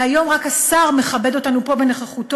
והיום רק השר מכבד אותנו פה בנוכחותו: